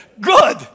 Good